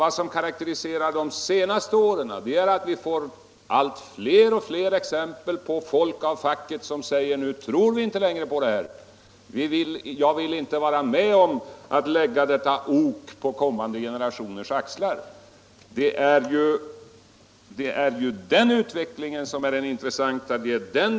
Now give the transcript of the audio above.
Vad som karakteriserar de senaste åren är att vi får allt fler exempel på att folk av facket säger: ”Nu tror vi inte längre på detta. Jag vill inte vara med om att lägga detta ok på kommande generationers axlar.” Det är den utvecklingen som är intressant.